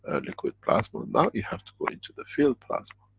liquid plasma, now you have to go into the field-plasma.